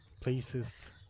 places